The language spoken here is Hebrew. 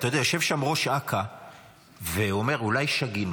אתה יודע, יושב שם ראש אכ"א ואומר: אולי שגינו.